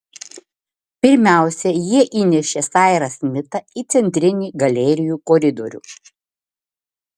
pirmiausia jie įnešė sairą smitą į centrinį galerijų koridorių